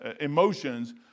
emotions